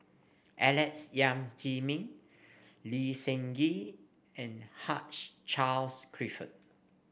Alex Yam Ziming Lee Seng Gee and Hugh Charles Clifford